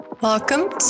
Welcome